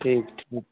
ठीक ठीक